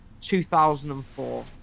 2004